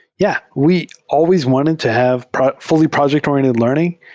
yeah. we always wanted to have fully project or iented learn ing,